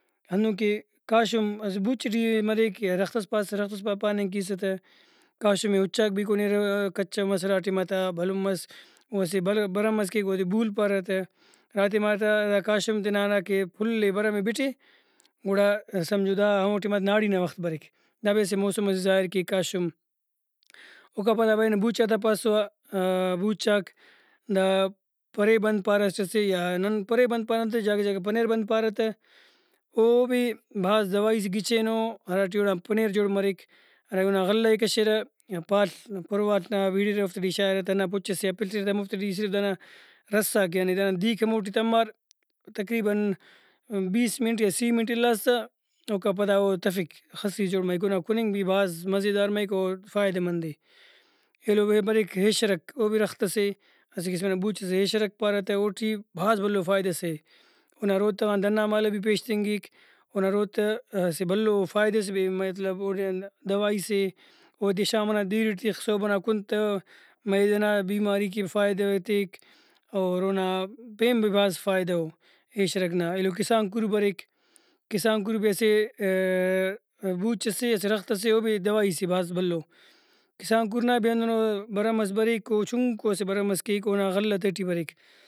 ہندن کہ کاشم اسہ بوچ ٹی مریک یا رخت ئس پاس تہ رخت ئس پاننگ کیسہ کاشم ئے اُچاک بھی کُنیرہ کچہ مس ہرا ٹائماتا بھلن مس او اسہ بھرم ئس کیک اودے بھول پارہ تہ ہرا ٹائماتا دا کاشم تینا ہراکہ پھل ئے بھرم ئے بٹے گڑا سمجھو دا ہمو ٹائما ناڑی نا وخت بریک دا بھی اسہ موسم سے ظاہر کیک کاشم اوکا پدا برینہ بوچاتا پاسو آ بوچاک دا پرے بند پارہ اسٹ سے یا نن پرے بند پانہ تہ جاگہ سے کہ پنیر بند پارہ تہ او بھی بھاز دوائی سے گچینو ہراٹی اوڑان پنیر جوڑ مریک ہراکہ اونا غلہ ئے کشیرہ یا پال پروال نا بیڑرہ اوفتے ٹی شاغرہ تا ہندا پُچ سے آ پلرہ تا ہموفتے ٹی صرف دانا رساک یعنی دانا دیرک ہموٹی تمار تقریباً بیس منٹ یا سی منٹ الاس تا اوکا پدا او تفک خسی جوڑ مریک اونا کُننگ بھی بھاز مزیدار مریک اور فائدہ مندے۔ ایلو اے بریک ایشرک او بھی رخت سے اسہ قسم نا بوچ سے ایشرک پارہ تہ اوٹی بھاز بھلو فائدہ سے اونا روتہ غان دنان مالہ بھی پیشتنگک اونا روتہ اسہ بھلو فائدہ ئس بھی مطلب اوٹی ہندا دوائی سے اودے شام ئنا دیرٹ تخ صوب ئنا کُن تہ معدہ نا بیماری کن بھی فائدہ او تیک اور اونا پین بھی بھاز فائدہ اوایشرک نا ۔ایلو کسانکور بریک کسانکور بھی اسہ بوچ سے رخت سے او بھی دوائی سے بھاز بھلو ۔کسانکور نا بھی ہدنو بھرم ئس بریک او چُنکو اسہ بھرم ئس کیک اونا غلہ تہٹی بریک